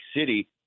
City